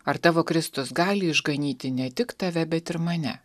ar tavo kristus gali išganyti ne tik tave bet ir mane